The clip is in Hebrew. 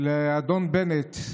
לאדון בנט.